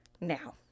Now